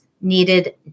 needed